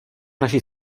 naši